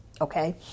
Okay